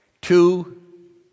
two